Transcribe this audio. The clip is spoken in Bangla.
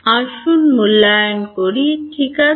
আসুন মূল্যায়ন করি ঠিক আছে